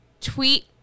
tweet